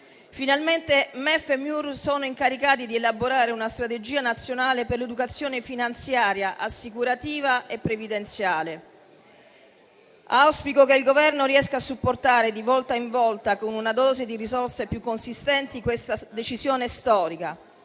Finalmente MEF e Miur sono incaricati di elaborare una strategia nazionale per l'educazione finanziaria, assicurativa e previdenziale. Auspico che il Governo riesca a supportare di volta in volta con una dose di risorse più consistenti questa decisione storica,